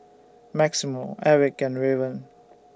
Maximo Erik and Raven